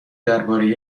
درباره